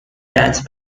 dance